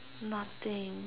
nothing